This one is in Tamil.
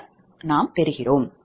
எல்லாம் ஒன்று தான்